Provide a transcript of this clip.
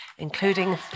including